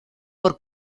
por